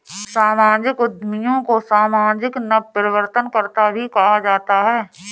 सामाजिक उद्यमियों को सामाजिक नवप्रवर्तनकर्त्ता भी कहा जाता है